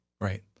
Right